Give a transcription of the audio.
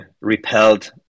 repelled